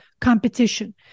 competition